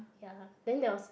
ya then there was